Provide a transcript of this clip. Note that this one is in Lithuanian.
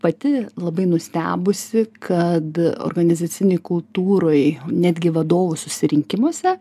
pati labai nustebusi kad organizacinėj kultūroj netgi vadovų susirinkimuose